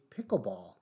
Pickleball